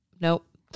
Nope